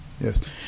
Yes